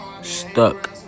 Stuck